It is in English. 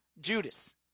Judas